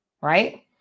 right